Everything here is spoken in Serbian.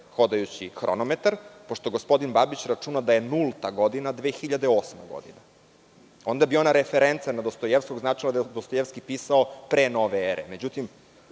hodajući hronometar, pošto gospodin Babić računa da je nulta godina 2008. godina, onda bi ona referenca na Dostojevskog značila da je Dostojevski pisao pre nove ere. Međutim,